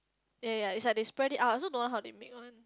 yea yea yea it's like they spread it out I also don't want how they make one